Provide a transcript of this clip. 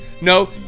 No